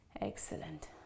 Excellent